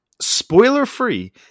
spoiler-free